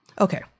Okay